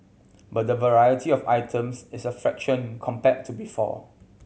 but the variety of items is a fraction compared to before